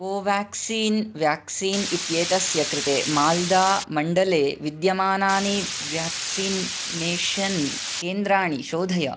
Covaxin vaccine इत्येतस्य कृते माल्दामण्डले विद्यमानानि व्याक्सिनेषन् केन्द्राणि शोधय